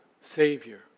Savior